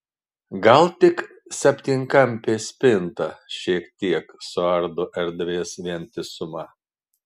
gal tik septynkampė spinta šiek tiek suardo erdvės vientisumą